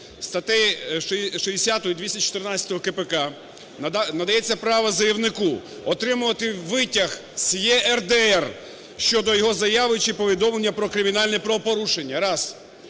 Статтею 60, 214 КПК надається право заявнику отримувати витяг з ЄРДР щодо його заяви чи повідомлення про кримінальне правопорушення. Раз.